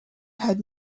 had